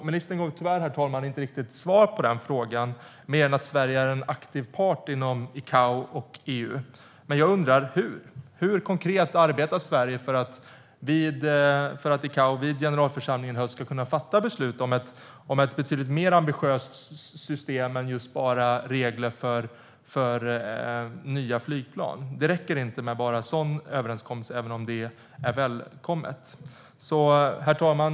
Ministern gav, herr talman, tyvärr inte riktigt svar på den frågan mer än genom att säga att Sverige är en aktiv part inom ICAO och EU. Men jag undrar hur. Hur konkret arbetar Sverige för att ICAO vid generalförsamlingen i höst ska kunna fatta beslut om ett betydligt mer ambitiöst system än bara regler för nya flygplan? Det räcker inte med en sådan överenskommelse, även om det är välkommet. Herr talman!